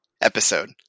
episode